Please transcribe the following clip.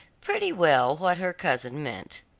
pretty well what her cousin meant.